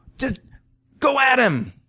just go at him!